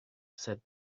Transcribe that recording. said